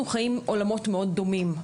אנחנו חיים עולמות מאוד דומים.